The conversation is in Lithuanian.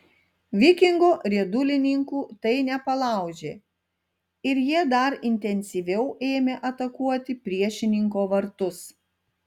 vikingo riedulininkų tai nepalaužė ir jie dar intensyviau ėmė atakuoti priešininko vartus